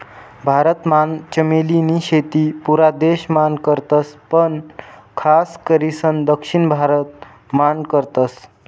भारत मान चमेली नी शेती पुरा देश मान करतस पण खास करीसन दक्षिण भारत मान करतस